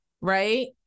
right